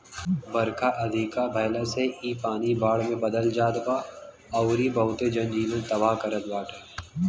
बरखा अधिका भयला से इ पानी बाढ़ में बदल जात बा अउरी बहुते जन जीवन तबाह करत बाटे